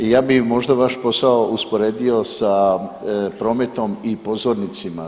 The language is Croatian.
Ja bi možda vaš posao usporedio sa prometom i pozornicima.